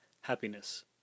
Happiness